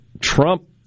Trump